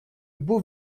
beau